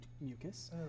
mucus